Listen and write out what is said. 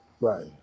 Right